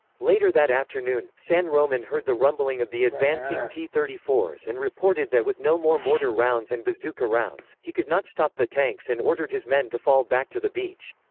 later that afternoon, san roman heard the rumbling of the advancing t thirty four s and reported that with no more mortar rounds and bazooka rounds, he could not stop the tanks and ordered his men to fall back to the beach.